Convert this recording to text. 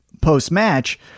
post-match